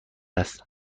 است